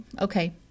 okay